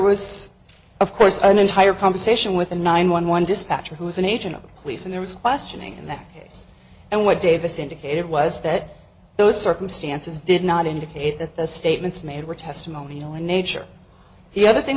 was of course an entire conversation with the nine one one dispatcher who is an agent of the police and there was questioning in that case and what davis indicated was that those circumstances did not indicate that the statements made were testimonial in nature the other thing